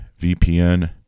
VPN